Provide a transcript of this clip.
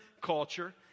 culture